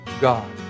God